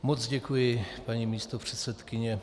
Moc děkuji, paní místopředsedkyně.